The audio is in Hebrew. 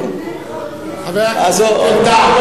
יהודים חרדים,